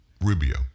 Rubio